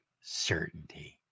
certainty